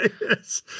Yes